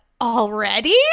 already